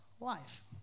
life